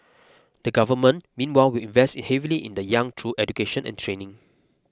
the Government meanwhile will invest heavily in the young through education and training